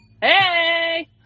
hey